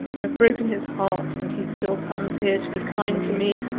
i've broken his heart, and he still comes here to be kind to me!